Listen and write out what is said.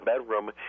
bedroom